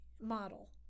model